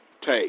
take